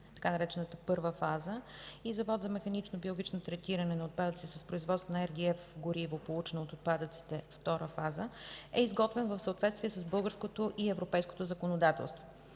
така наречената „първа фаза”, и Завод за механично биологично третиране на отпадъци с производство на RGF гориво, получено от отпадъците – втора фаза, е изготвен в съответствие с българското и европейското законодателство.